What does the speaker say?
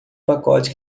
pacote